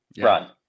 run